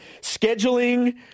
Scheduling